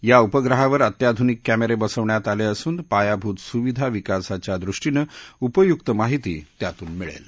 या उपग्रहावर अत्याधुनिक कॅमेरे बसवण्यात आले असून पायाभूत सुविधा विकासाच्या दृष्टीनं उपयुक्त माहिती त्यातून मिळेल